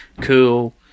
cool